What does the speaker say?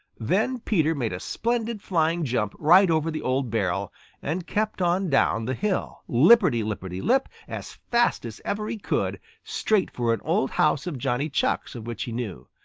then peter made a splendid flying jump right over the old barrel and kept on down the hill, lipperty-lipperty-lip, as fast as ever he could, straight for an old house of johnny chuck's of which he knew.